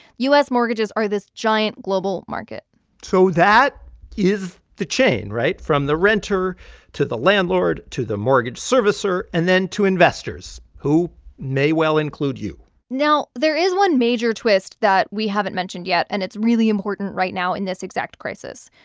u s. mortgages are this giant global market so that is the chain right from the renter to the landlord to the mortgage servicer and then to investors who may well include you now, there is one major twist that we haven't mentioned yet, and it's really important right now in this exact crisis.